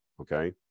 okay